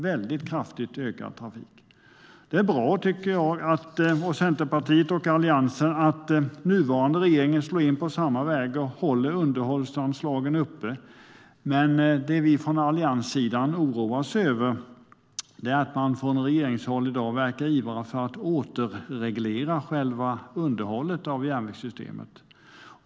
Centerpartiet och Alliansen tycker att det är bra att nuvarande regering slår in på samma väg och håller underhållsanslagen uppe. Men vi oroas över att man från regeringshåll i dag verkar ivra för att återreglera själva underhållet av järnvägssystemet.